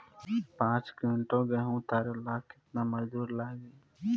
पांच किविंटल गेहूं उतारे ला केतना मजदूर लागी?